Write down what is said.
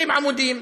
20 עמודים.